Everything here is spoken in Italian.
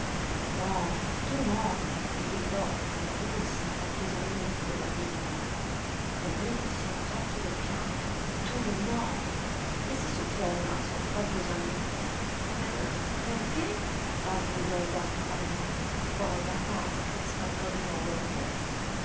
no tu no gli gridò convulsa rabbiosamente la vedova riavendosi a un tratto dal pianto tu no e si soffiò il naso rabbiosamente per perché barbugliò il gàttica-mei poi a casa scattò di nuovo la zorzi